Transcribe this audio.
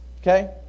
okay